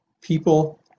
people